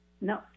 No